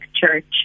Church